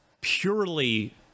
purely